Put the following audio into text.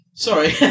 Sorry